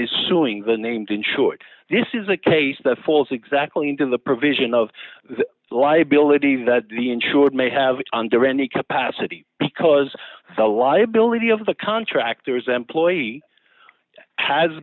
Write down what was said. is suing the named insured this is a case that falls exactly into the provision of the liability that the insured may have on their any capacity because the liability of the contractor is employee has